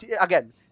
again